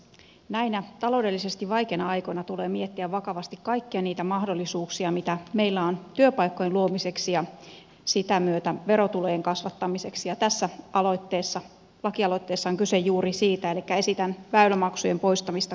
näinä taloudellisesti vaikeina aikoina tulee miettiä vakavasti kaikkia niitä mahdollisuuksia mitä meillä on työpaikkojen luomiseksi ja sen myötä verotulojen kasvattamiseksi ja tässä lakialoitteessa on kyse juuri siitä elikkä esitän väylämaksujen poistamista kokonaan